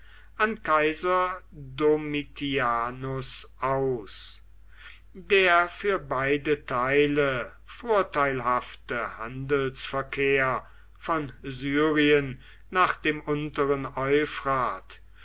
an kaiser domitianus aus der für beide teile vorteilhafte handelsverkehr von syrien nach dem unteren